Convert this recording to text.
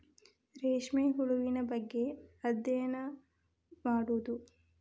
ರೇಶ್ಮೆ ಹುಳುವಿನ ಬಗ್ಗೆ ಅದ್ಯಯನಾ ಮಾಡುದು